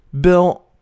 Bill